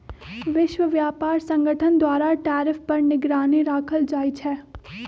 विश्व व्यापार संगठन द्वारा टैरिफ पर निगरानी राखल जाइ छै